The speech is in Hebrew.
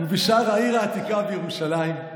ובשאר העיר העתיקה בירושלים,